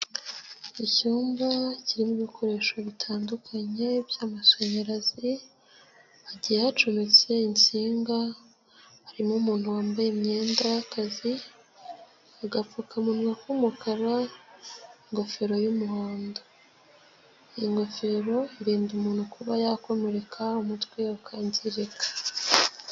Icyumba kirimo ibikoresho bitandukanye by'amashanyarazi, hagiye hacometse insinga, harimo umuntu wambaye imyenda y'akazi, agapfukamunwa k'umukara, ingofero y'umuhondo, ingofero irinda umuntu kuba yakomereka umutwe ukangirika.